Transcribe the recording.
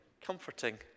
comforting